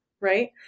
right